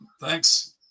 thanks